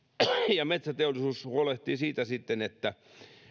ja metsäteollisuus huolehtii siitä että